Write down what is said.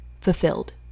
fulfilled